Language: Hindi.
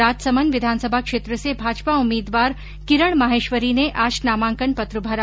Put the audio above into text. राजसमन्द विधानसभा क्षेत्र से भाजपा उम्मीदवार किरण माहेश्वरी ने आज नामांकन पत्र भरा